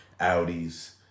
Audis